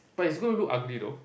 but it's gonna look ugly though